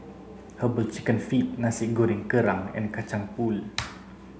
herbal chicken feet nasi goreng kerang and kacang pool